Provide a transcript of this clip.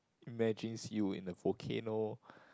imagines you in a volcano